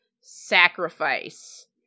sacrifice